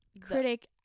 critic